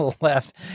left